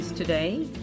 Today